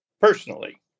personally